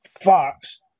Fox